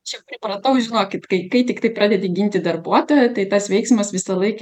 čia pripratau žinokit kai kai tiktai pradedi ginti darbuotoją tai tas veiksmas visą laiką